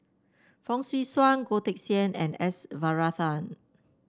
Fong Swee Suan Goh Teck Sian and S Varathan